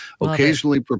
occasionally